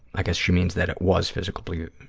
i guess she means that it was physical but